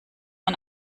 man